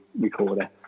recorder